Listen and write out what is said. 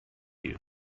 you